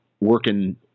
Working